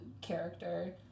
character